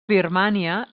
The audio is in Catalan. birmània